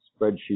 spreadsheet